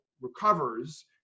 recovers